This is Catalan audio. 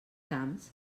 camps